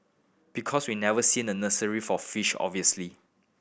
because we never seen a nursery for fish obviously